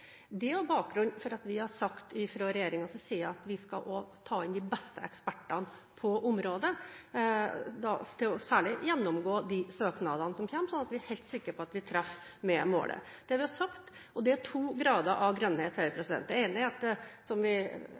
Det er også bakgrunnen for at vi, fra regjeringens side, har sagt at vi skal ta inn de beste ekspertene på området, for særlig å gjennomgå de søknadene som kommer, slik at vi er helt sikre på at vi treffer med målet. Det er to grader av grønnhet. Det ene er det vi kaller mørkegrønn, der det skal være en betydelig bedring når det